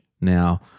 now